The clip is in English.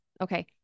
Okay